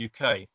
UK